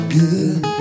good